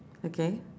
okay